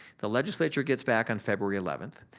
the legislature gets back on february eleventh,